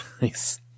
Nice